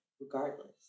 regardless